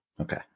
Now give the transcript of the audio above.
Okay